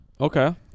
Okay